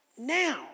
now